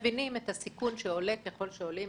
מבינים את הסיכון שעולה ככל שעולים